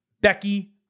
Becky